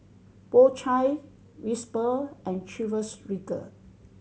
Po Chai Whisper and Chivas Regal